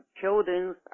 children